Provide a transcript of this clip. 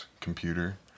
computer